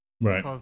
Right